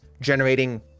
generating